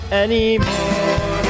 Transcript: anymore